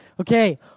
Okay